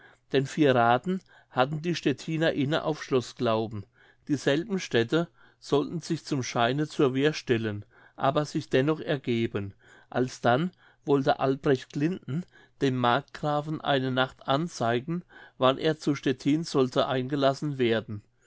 denn vierraden hatten die stettiner inne auf schloßglauben dieselben städte sollten sich zum scheine zur wehr stellen aber sich dennoch ergeben alsdann wollte albrecht glinden dem markgrafen eine nacht anzeigen wann er zu stettin sollte eingelassen werden